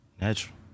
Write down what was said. natural